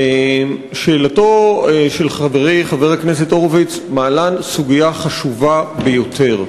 שאלתו של חברי חבר הכנסת הורוביץ מעלה סוגיה חשובה ביותר.